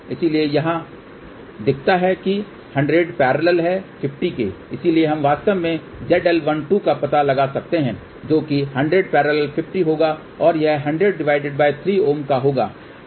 इसलिए जो यहां दिखता है वह 100 50 है इसलिए हम वास्तव में ZL12 का पता लगा सकते हैं जो कि 100 50 होगा और यह 1003 Ω का होगा